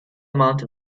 amount